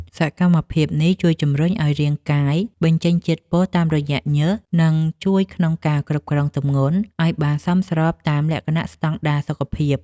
សកម្មភាពនេះជួយជម្រុញឱ្យរាងកាយបញ្ចេញជាតិពុលតាមរយៈញើស និងជួយក្នុងការគ្រប់គ្រងទម្ងន់ឱ្យបានសមស្របតាមលក្ខណៈស្តង់ដារសុខភាព។